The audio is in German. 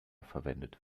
verwendet